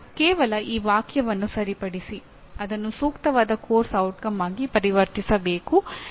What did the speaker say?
ಕಾರ್ಯಯೋಜನೆ ಏನೆಂದರೆ ಉನ್ನತ ಶಿಕ್ಷಣದ ತತ್ತ್ವಶಾಸ್ತ್ರದ ಬಗ್ಗೆ ನೀವು ಏಕೆ ಕಾಳಜಿ ವಹಿಸಬೇಕು